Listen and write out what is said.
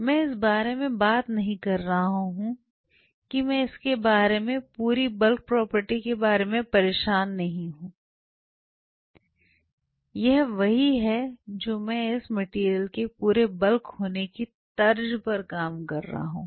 मैं इस बारे में बात नहीं कर रहा हूं कि मैं इसके बारे में पूरी बल्क प्रॉपर्टी के बारे में परेशान नहीं हूं यह वही है जो मैं इस मटेरियल के पूरे बल्क होने की तर्ज पर काम कर रहा हूं